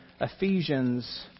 Ephesians